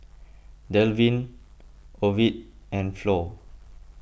Delvin Ovid and Flor